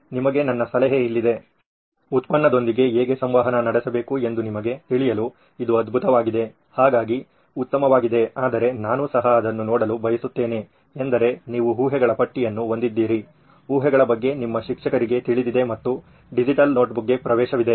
ನಿಮಗೆ ನನ್ನ ಸಲಹೆ ಇಲ್ಲಿದೆ ಉತ್ಪನ್ನದೊಂದಿಗೆ ಹೇಗೆ ಸಂವಹನ ನಡೆಸಬೇಕು ಎಂದು ನಿಮಗೆ ತಿಳಿಯಲು ಇದು ಅದ್ಭುತವಾಗಿದೆ ಹಾಗಾಗಿ ಉತ್ತಮವಾಗಿದೆ ಆದರೆ ನಾನು ಸಹ ಅದನ್ನು ನೋಡಲು ಬಯಸುತ್ತೇನೆ ಎಂದರೆ ನೀವು ಊಹೆಗಳ ಪಟ್ಟಿಯನ್ನು ಹೊಂದಿದ್ದೀರಿ ಊಹೆಗಳ ಬಗ್ಗೆ ನಿಮ್ಮ ಶಿಕ್ಷಕರಿಗೆ ತಿಳಿದಿದೆ ಮತ್ತು ಡಿಜಿಟಲ್ ನೋಟ್ಬುಕ್ಗೆ ಪ್ರವೇಶವಿದೆ